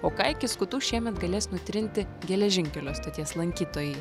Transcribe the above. o ką iki skutų šiemet galės nutrinti geležinkelio stoties lankytojai